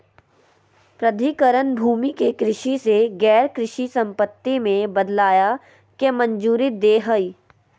प्राधिकरण भूमि के कृषि से गैर कृषि संपत्ति में बदलय के मंजूरी दे हइ